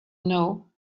know